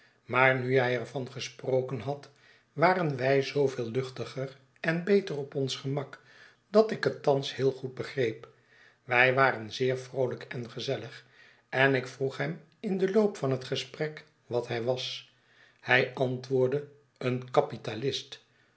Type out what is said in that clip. maar nu hij er van gesproken had waren wij zooveel luchtiger en'beter op ons gemak dat ik het thans heel goed begreep wij waren zeer vroolijk en gezellig en ik vroeg hem in den loop van het gesprek wat hij was hij antwoordde een